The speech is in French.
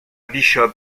bishop